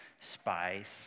spies